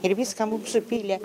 ir viską mums supylė